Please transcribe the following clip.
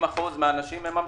- 90% מהאנשים מממשים.